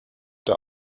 der